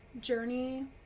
journey